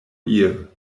ear